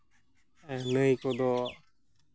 ᱱᱟᱹᱭ ᱠᱚᱫᱚ